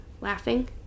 laughing